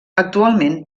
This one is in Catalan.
actualment